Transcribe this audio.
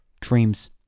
dreams